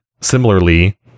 similarly